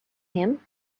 him